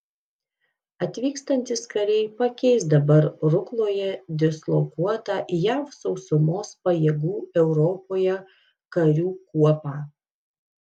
atvykstantys kariai pakeis dabar rukloje dislokuotą jav sausumos pajėgų europoje karių kuopą